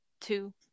two